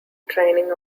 training